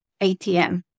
ATM